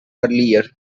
earlier